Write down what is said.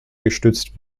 gestützt